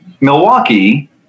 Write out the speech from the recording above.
Milwaukee